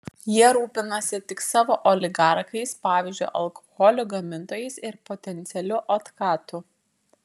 jie rūpinasi tik savo oligarchais pavyzdžiui alkoholio gamintojais ir potencialiu otkatu